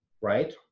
right